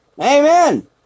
Amen